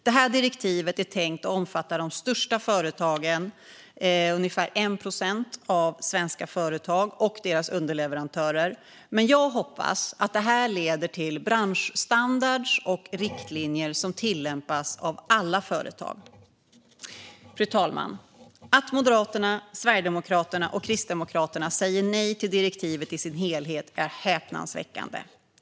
Detta direktiv är tänkt att omfatta de största företagen, ungefär 1 procent av de svenska företagen, och deras underleverantörer. Men jag hoppas att det här leder till branschstandarder och riktlinjer som tillämpas av alla företag. Fru talman! Att Moderaterna, Sverigedemokraterna och Kristdemokraterna säger nej till direktivet i sin helhet är häpnadsväckande.